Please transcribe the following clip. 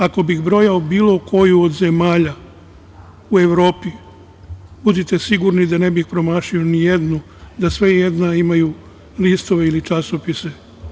Ako bih brojao bilo koju od zemalja u Evropi, budite sigurni da ne bih promašio nijednu, da sve i jedna imaju listove ili časopise.